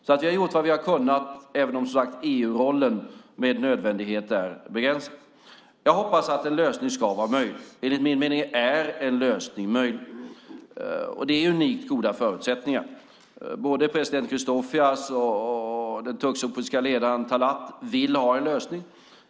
Vi har alltså gjort vad vi har kunnat, även om EU-rollen, som sagt, med nödvändighet är begränsad. Jag hoppas att en lösning ska vara möjlig. Enligt min mening är en lösning möjlig, och det är unikt goda förutsättningar. Både president Christofias och den turkcypriotriska ledaren Talat vill ha en lösning.